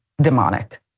demonic